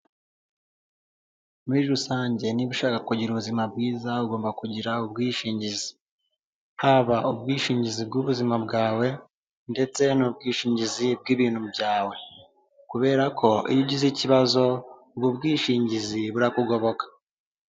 Muri rusange niba ushaka kugira ubuzima bwiza ugomba kugira ubwishingizi, haba ubwishingizi bw'ubuzima bwawe ndetse n'ubwishingizi bw'ibintu byawe kubera ko iyo ugize ikibazo ubwo bwishingizi burakugoboka.